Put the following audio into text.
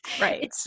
Right